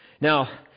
Now